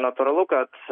natūralu kad